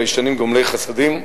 ביישנים וגומלי חסדים,